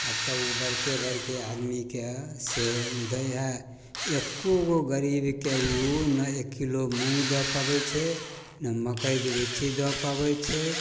आओर तऽ ओ बड़के बड़के आदमीके से दै हइ एकोगो गरीबके ओ नहि एक किलो मूँग दऽ पबै छै नहि मकइके बिच्ची दऽ पबै छै